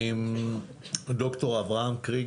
קבוצת העבודה להשבת רכוש